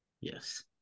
yes